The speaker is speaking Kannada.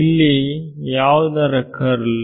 ಇಲ್ಲಿ ಯಾವುದರ ಕರ್ಲ್